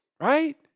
right